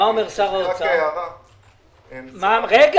אנחנו מדברים